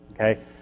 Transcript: okay